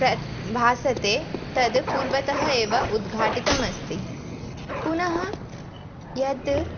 प्रद् भासते तद् पूर्वतः एव उद्घाटितम् अस्ति पुनः यद्